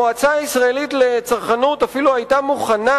המועצה הישראלית לצרכנות אפילו היתה מוכנה,